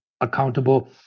accountable